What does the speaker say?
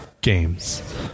games